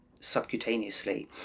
subcutaneously